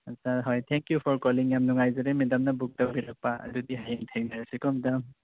ꯑꯠꯁꯆꯥ ꯍꯣꯏ thank you for calling ma'am ꯌꯥꯝ ꯅꯨꯉꯥꯏꯖꯔꯦ ꯃꯦꯗꯥꯝꯅ ꯕꯨꯛ ꯇꯧꯕꯤꯔꯛꯄ ꯑꯗꯨꯗꯤ ꯍꯌꯦꯡ ꯊꯦꯡꯅꯔꯁꯤꯀꯣ ꯃꯦꯗꯥꯝ